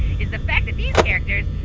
is the fact that these characters,